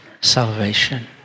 salvation